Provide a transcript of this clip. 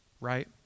Right